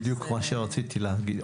בדיוק מה שרציתי להגיד.